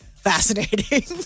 fascinating